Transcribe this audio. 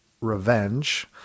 Revenge